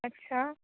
ਅੱਛਾ